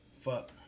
Fuck